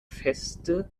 feste